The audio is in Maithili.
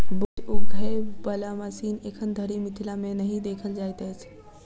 बोझ उघै बला मशीन एखन धरि मिथिला मे नहि देखल जाइत अछि